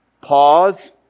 pause